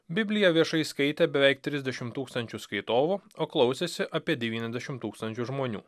bibliją viešai skaitė beveik trisdešimt tūkstančių skaitovų o klausėsi apie devyniasdešimt tūkstančių žmonių